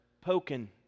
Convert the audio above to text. poking